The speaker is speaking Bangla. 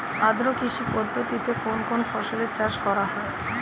আদ্র কৃষি পদ্ধতিতে কোন কোন ফসলের চাষ করা হয়?